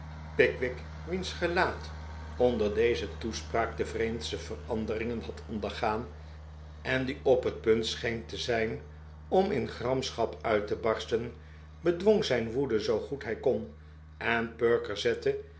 pickwick wiens gelaat onder deze toespraak de vreemdste veranderingen had ondergaan en die op het punt scheen te zijn om in gramschap uit te barsten bedwong zijn woede zoo goed hij konj en perker zette